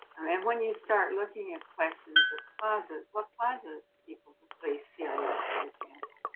and when you start looking at questions of causes, what causes people to flee syria for example,